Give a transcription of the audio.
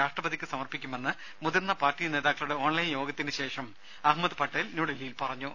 രാഷ്ട്രപതിക്ക് സമർപ്പിക്കുമെന്ന് മുതിർന്ന പാർട്ടി നേതാക്കളുടെ ഓൺലൈൻ യോഗത്തിന് ശേഷം അഹമ്മദ് പട്ടേൽ ഡൽഹിയിൽ അറിയിച്ചു